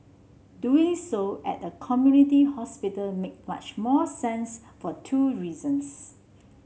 doing so at a community hospital make much more sense for two reasons